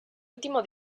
último